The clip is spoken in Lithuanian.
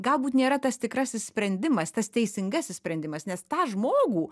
galbūt nėra tas tikrasis sprendimas tas teisingasis sprendimas nes tą žmogų